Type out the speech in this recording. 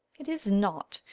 it is not.